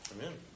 Amen